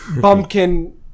bumpkin